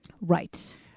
Right